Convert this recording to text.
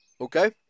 okay